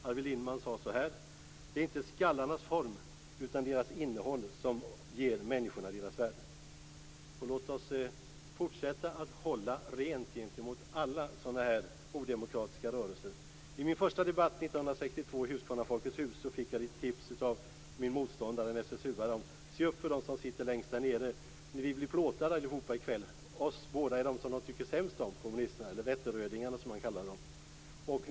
Arvid Lindman sade så här: Det är inte skallarnas form utan deras innehåll som ger människorna deras värde. Låt oss fortsätta att hålla rent gentemot alla sådana här odemokratiska rörelser. I min första debatt 1962 i Huskvarnas Folkets hus fick jag ett litet tips av min motståndare, en SSU:are. Han sade: Se upp för dem som sitter längst där nere. Vi blir alla plåtade i kväll. Oss båda är dem de tycker sämst om, kommunisterna - eller Vätternrödingarna som han kallade dem.